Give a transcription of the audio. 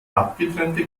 abgetrennte